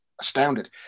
astounded